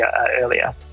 earlier